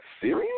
serious